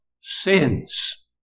sins